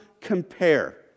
compare